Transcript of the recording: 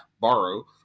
borrow